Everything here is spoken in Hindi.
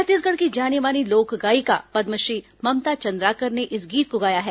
छत्तीसगढ़ की जानी मानी लोक गायिका पद्मश्री ममता चंद्राकर ने इस गीत को गाया है